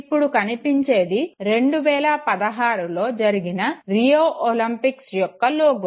ఇప్పుడు కనిపించేది 2016లో జరిగిన రియో ఒలింపిక్స్ యొక్క లోగో